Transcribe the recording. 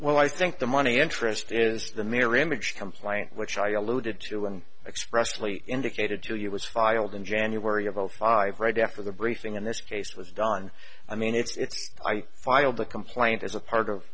well i think the money interest is the mirror image complaint which i alluded to and expressly indicated to you was filed in january of zero five right after the briefing in this case was done i mean it's i filed a complaint as a part of